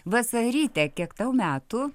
vasaryte kiek tau metų